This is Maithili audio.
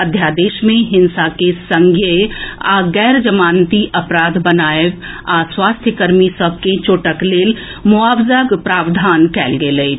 अध्यादेश मे हिंसा के संज्ञेय आ गैरजमानती अपराध बनाएब आ स्वास्थ्य कर्मी सभ के चोटक लेल मोआवजाक प्रावधान कएल गेल अछि